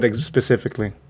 specifically